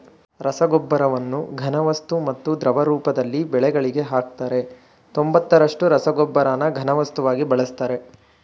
ರಸಗೊಬ್ಬರವನ್ನು ಘನವಸ್ತು ಮತ್ತು ದ್ರವ ರೂಪದಲ್ಲಿ ಬೆಳೆಗಳಿಗೆ ಹಾಕ್ತರೆ ತೊಂಬತ್ತರಷ್ಟು ರಸಗೊಬ್ಬರನ ಘನವಸ್ತುವಾಗಿ ಬಳಸ್ತರೆ